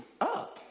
up